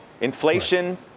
inflation